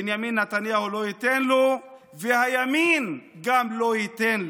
בנימין נתניהו, לא ייתן לו, וגם הימין לא ייתן לו.